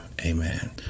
amen